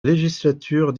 législature